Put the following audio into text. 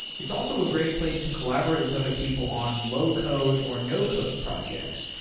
it's also a great place to collaborate with other people on low-code, or no-code projects,